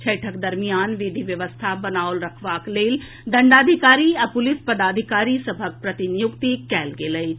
छठिक दरमियान विधि व्यवस्था बनाओल रखबाक लेल दंडाधिकारी आ पुलिस पदाधिकारी सभक प्रतिनियुक्ति कयल गेल अछि